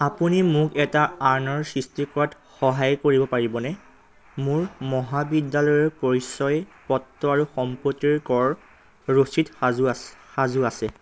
আপুনি মোক এটা আৰণৰ সৃষ্টি কৰাত সহায় কৰিব পাৰিবনে মোৰ মহাবিদ্যালয়ৰ পৰিচয়পত্ৰ আৰু সম্পত্তিৰ কৰ ৰচিদ সাজু আছে